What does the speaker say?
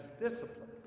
discipline